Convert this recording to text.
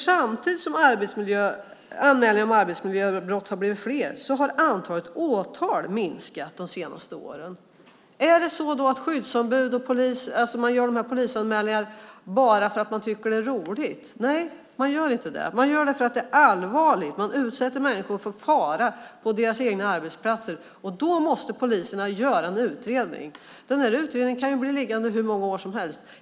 Samtidigt som anmälningarna om arbetsmiljöbrott har blivit fler har nämligen antalet åtal minskat de senaste åren. Är det då så att man gör de här polisanmälningarna bara för att man tycker att det är roligt? Nej det är det inte. Man gör det för att det är allvarligt. Människor utsätts för fara på deras egna arbetsplatser, och då måste poliserna göra en utredning. Men den utredningen kan bli liggande hur många år som helst.